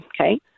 okay